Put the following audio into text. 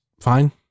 fine